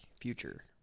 Future